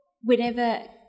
whenever –